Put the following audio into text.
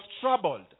troubled